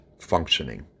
functioning